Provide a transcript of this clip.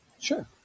Sure